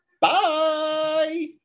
Bye